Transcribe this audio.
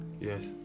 Yes